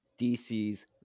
DC's